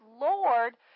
Lord